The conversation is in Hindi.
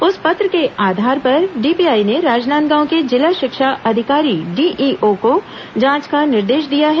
उस पत्र के आधार पर डीपीआई ने राजनांदगांव के जिला शिक्षा अधिकारी डीईओ को जांच का निर्देश दिया है